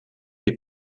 est